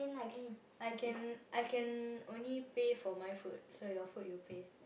I can I can only pay for my food so your food you pay